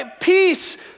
peace